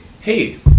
hey